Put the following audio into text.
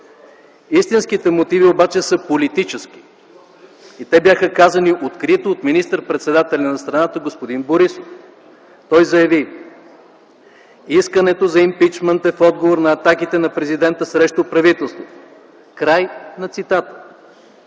Истинските мотиви обаче са политически и те бяха казани открито от министър-председателя на страната господин Борисов. Той заяви: „Искането за импийчмънт е в отговор на атаките на президента срещу правителството.” – край на цитата.